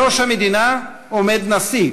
בראש המדינה עומד נשיא,